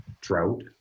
drought